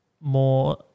more